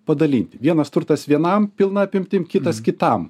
padalyti vienas turtas vienam pilna apimtim kitas kitam